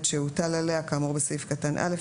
את שהוטל עליה כאמור בסעיף קטן (א),